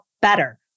better